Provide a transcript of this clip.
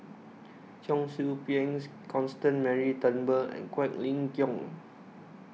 Cheong Soo Pieng Constance Mary Turnbull and Quek Ling Kiong